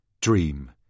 Dream